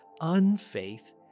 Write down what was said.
unfaith